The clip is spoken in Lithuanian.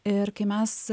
ir kai mes